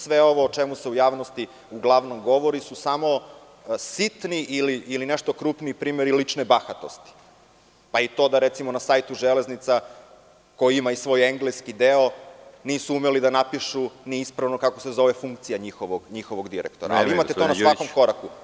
Sve ovo o čemu se u javnosti uglavnom govori su samo sitni ili nešto krupniji primeri lične bahatosti, pa i to da, recimo, na sajtu „Železnica“ koji ima svoj engleski deo, nisu umeli da napišu ispravno ni kako se zove funkcija njihovog direktora. (Predsedavajući: Vreme.) Imate to na svakom koraku.